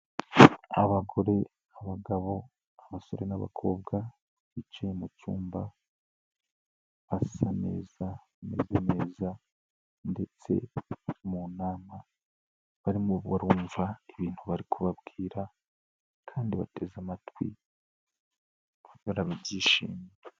Abagore, abagabo, abasore n'abakobwa bicaye mu cyumba basa neza bameze neza ndetse bari mu nama barimo barumva ibintu bari kubabwira kandi bateze amatwi barabyishimiye.